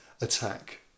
attack